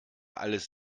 alles